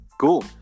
cool